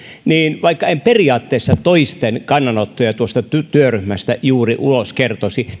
niin vaikka en periaatteessa toisten kannanottoja tuosta työryhmästä juuri ulos kertoisi